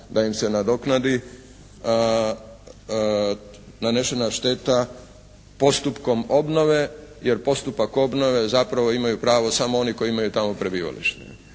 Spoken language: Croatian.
da im se nadoknadi nanešena šteta postupkom obnove, jer postupak obnove zapravo imaju pravo samo oni koji imaju tamo prebivalište.